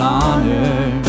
honor